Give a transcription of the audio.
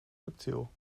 subtiel